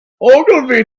ogilvy